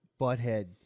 Butthead